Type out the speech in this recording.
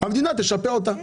המדינה תשפה אותה.